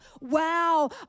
Wow